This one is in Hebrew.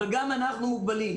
אבל גם אנחנו מוגבלים.